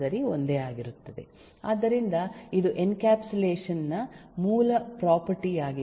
ಆದ್ದರಿಂದ ಇದು ಎನ್ಕ್ಯಾಪ್ಸುಲೇಷನ್ ನ ಮೂಲ ಪ್ರಾಪರ್ಟಿ ಯಾಗಿದೆ